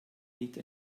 nicht